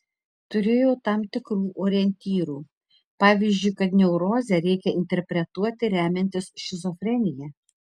turėjau tam tikrų orientyrų pavyzdžiui kad neurozę reikia interpretuoti remiantis šizofrenija